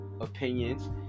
opinions